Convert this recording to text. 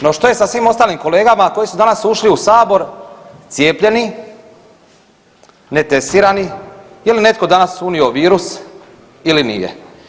No, što je sa svim ostalim kolegama koji su danas ušli u Sabor cijepljeni, netestirani, je li netko danas unio virus ili nije?